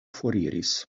foriris